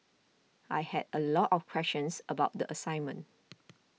I had a lot of questions about the assignment